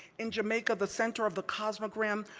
in jamaica, the center of the cosmogram,